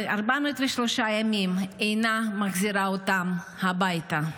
ו-403 ימים אינה מחזירה אותם הביתה.